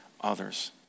others